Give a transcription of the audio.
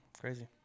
crazy